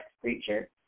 creature